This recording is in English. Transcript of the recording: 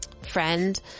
friend